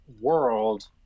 world